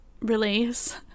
release